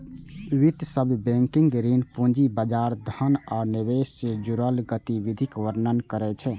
वित्त शब्द बैंकिंग, ऋण, पूंजी बाजार, धन आ निवेश सं जुड़ल गतिविधिक वर्णन करै छै